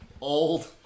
old